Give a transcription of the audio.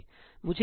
सही